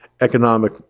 economic